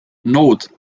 note